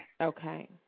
Okay